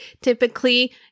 typically